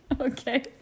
Okay